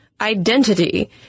identity